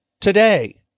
today